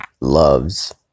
loves